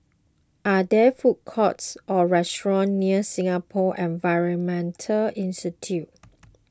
are there food courts or restaurants near Singapore Environment Institute